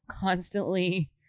constantly